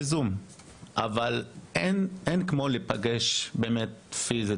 אבל אין כמו להיפגש פיזית.